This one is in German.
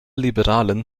liberalen